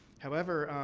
however,